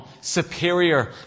superior